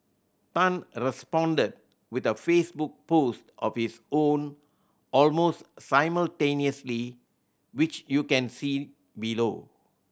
tan responded with a Facebook post of his own almost simultaneously which you can see below